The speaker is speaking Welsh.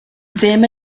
ddim